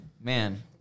Man